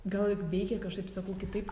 gal veikia kažkaip sakau kitaip